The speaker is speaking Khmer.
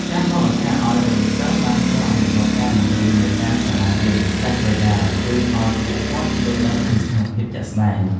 ការផ្តល់ឱកាសឱ្យគរុសិស្សបានចុះអនុវត្តការបង្រៀននៅតាមសាលារៀនដាច់ស្រយាលជួយឱ្យពួកគាត់យល់ដឹងពីស្ថានភាពជាក់ស្តែង។